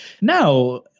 Now